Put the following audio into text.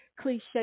cliche